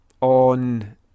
on